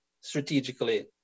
strategically